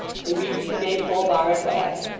they reached the maypole bar at last,